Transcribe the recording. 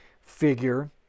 figure